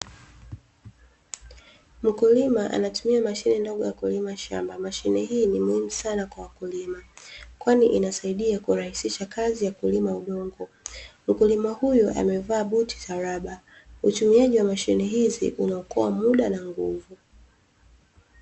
Mkulima anatumia mashine ndogo ya kulima shamba, mashine hii ni muhimu sana kwa wakulima. Kwani inasaidia kurahisisha kazi ya kulima udongo. Mkulima huyu amevaa buti za raba, utumiaji wa mashine hizi unaokoa muda na nguvu.